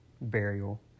burial